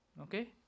Okay